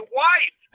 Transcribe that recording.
wife